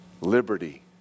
liberty